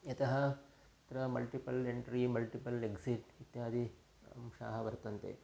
यतः अत्र multiple entry multiple exit इत्यादि अंशाः वर्तन्ते